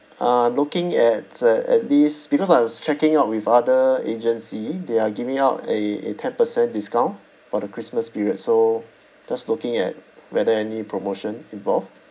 I'm looking at uh at least because I was checking out with other agency they are giving out a a ten percent discount for the christmas period so just looking at whether any promotion involved